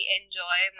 enjoy